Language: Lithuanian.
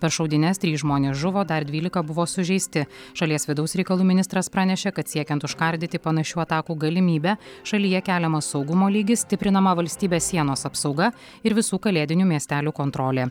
per šaudynes trys žmonės žuvo dar dvylika buvo sužeisti šalies vidaus reikalų ministras pranešė kad siekiant užkardyti panašių atakų galimybę šalyje keliamas saugumo lygis stiprinama valstybės sienos apsauga ir visų kalėdinių miestelių kontrolė